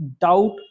doubt